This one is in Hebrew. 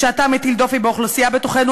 כשאתה מטיל דופי באוכלוסייה בתוכנו,